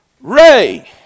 Ray